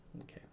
Okay